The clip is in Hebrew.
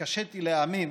התקשיתי להאמין